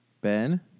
Ben